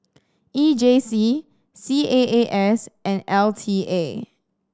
E J C C A A S and L T A